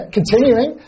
Continuing